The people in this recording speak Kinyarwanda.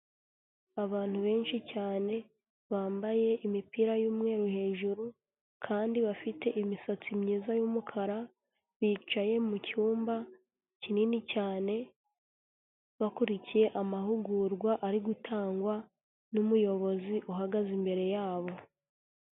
Abantu benshi cyane, bambaye imipira y'umweru hejuru, kandi bafite imisatsi myiza y'umukara, bicaye mu cyumba kinini cyane, bakurikiye amahugurwa ari gutangwa n'umuyobozi uhagaze imbere yabo.